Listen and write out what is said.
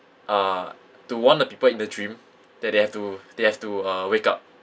uh to warn the people in the dream that they have to they have to uh wake up